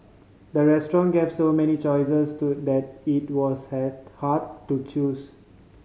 the restaurant gave so many choices to that it was head hard to choose